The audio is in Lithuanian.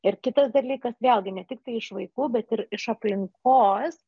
ir kitas dalykas vėlgi ne tiktai iš vaikų bet ir iš aplinkos